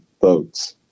votes